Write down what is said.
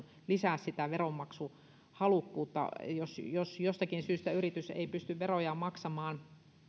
lisää sitä veronmaksuhalukkuutta jos jos jostakin syystä yritys ei pysty verojaan maksamaan